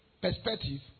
perspective